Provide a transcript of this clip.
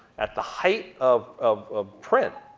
at the height of of ah print,